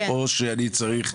או שאני צריך?